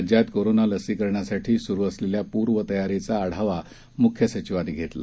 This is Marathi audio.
राज्यातकोरोनालसीकरणासाठीसुरुअसलेल्यापूर्वतयारीचाआढावामुख्यसचिवांनीघेतला